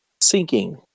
Sinking